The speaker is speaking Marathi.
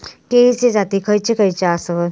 केळीचे जाती खयचे खयचे आसत?